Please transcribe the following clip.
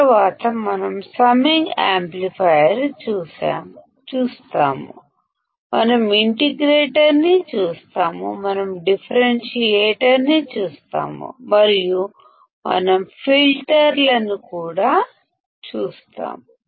తరువాత మనం సమ్మింగ్ యాంప్లిఫైయర్ని ఇంటిగ్రేటర్నిని డిఫరెన్సియేటర్ని చూస్తాము మరియు మనం ఫిల్టర్లను కూడా చూస్తాము